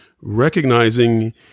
recognizing